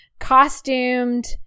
costumed